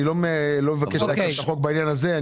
אני לא מבקש לעכב את החוק בעניין הזה.